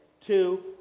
Two